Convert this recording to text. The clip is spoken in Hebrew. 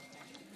מצביע זאב